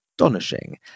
Astonishing